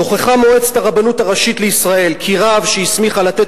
"נוכחה מועצת הרבנות הראשית לישראל כי רב שהסמיכה לתת